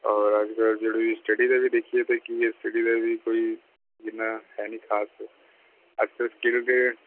ਔਰ ਅੱਜ ਕੱਲ੍ਹ ਜਿਹੜੇ ਵੀ ਸਟੱਡੀ ਦੇ ਵੀ ਦੇਖੀਏ ਤਾਂ ਕੀ ਹੈ ਸਟਡੀ ਦੇ ਵੀ ਕੋਈ ਜਿੰਨਾ ਹੈ ਨਹੀਂ ਖ਼ਾਸ